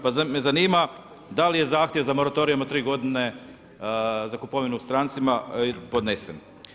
Pa me zanima, da li je zahtjev za moratorijem od tri godine za kupovinu strancima podnesen?